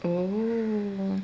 oh